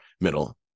middle